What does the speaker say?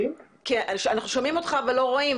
כבוד היושבת-ראש,